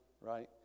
right